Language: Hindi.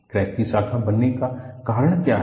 क्रैक के शाखा बनने का कारण क्या है